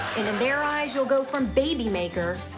in their eyes, you'll go from baby maker,